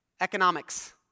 economics